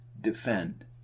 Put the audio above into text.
defend